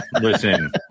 listen